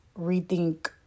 rethink